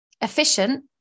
efficient